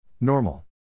Normal